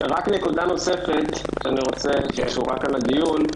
נקודה נוספת שקשורה כאן לדיון,